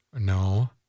No